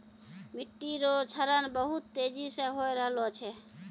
मिट्टी रो क्षरण बहुत तेजी से होय रहलो छै